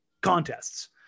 contests